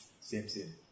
same-same